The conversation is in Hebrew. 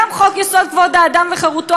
גם חוק-יסוד: כבור האדם וחירותו,